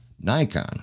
Nikon